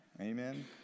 Amen